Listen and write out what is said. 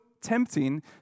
tempting